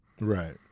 Right